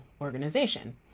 organization